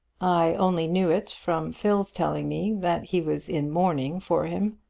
i only knew it from phil's telling me that he was in mourning for him.